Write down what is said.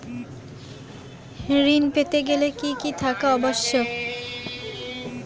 কৃষি ঋণ পেতে গেলে কি কি থাকা আবশ্যক?